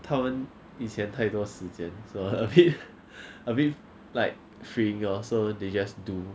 他们以前太多时间 so a bit a bit like freeing orh so they just do